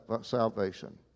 salvation